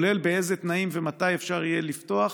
כולל באיזה תנאים ומתי אפשר יהיה לפתוח,